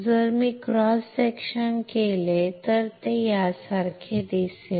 जर मी cross section केले तर ते यासारखे दिसेल